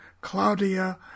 Claudia